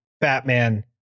Batman